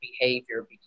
behavior